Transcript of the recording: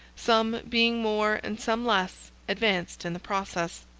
some being more and some less advanced in the process.